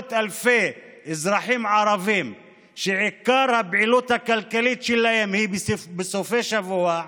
ממאות אלפי אזרחים ערבים שעיקר הפעילות הכלכלית שלהם היא בסופי שבוע,